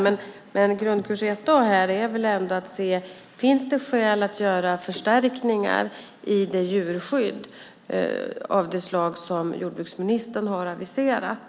Men grundkurs 1 A här är väl ändå att se om det finns skäl att göra förstärkningar i djurskyddet av det slag som jordbruksministern har aviserat.